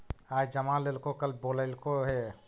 आज जमा लेलको कल बोलैलको हे?